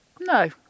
No